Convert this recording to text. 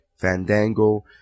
Fandango